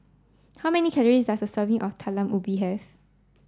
how many calories does a serving of Talam Ubi have